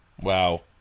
Wow